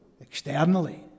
externally